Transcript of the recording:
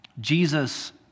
Jesus